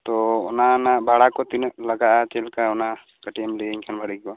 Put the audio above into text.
ᱛᱳ ᱚᱱᱟ ᱨᱮᱱᱟᱜ ᱵᱷᱟᱲᱟ ᱠᱚ ᱛᱤᱱᱟᱹ ᱞᱟᱜᱟᱜᱼᱟ ᱪᱮᱫ ᱞᱮᱠᱟ ᱚᱱᱟ ᱠᱟᱹᱴᱤᱡ ᱮᱢ ᱞᱟᱹᱭᱟᱹᱧ ᱠᱷᱟᱱ ᱵᱷᱟᱹᱞᱤ ᱠᱚᱜᱼᱟ